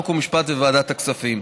חוק ומשפט ולוועדת הכספים.